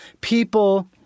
people